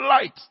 light